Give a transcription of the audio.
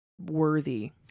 worthy